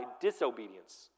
disobedience